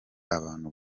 abantu